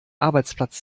arbeitsplatz